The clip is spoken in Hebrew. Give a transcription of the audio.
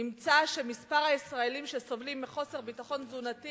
נמצא שמספר הישראלים שסובלים מחוסר ביטחון תזונתי